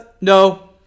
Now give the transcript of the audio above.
no